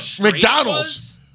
McDonald's